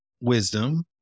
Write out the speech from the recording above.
wisdom